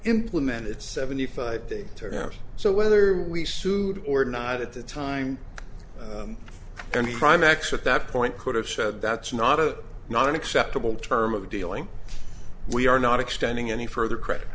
implement it's seventy five day turnaround so whether we sued or not at the time any crime accept that point could have said that's not a not an acceptable term of dealing we are not extending any further credit